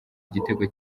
igitego